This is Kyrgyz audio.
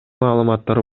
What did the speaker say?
маалыматтар